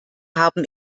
haben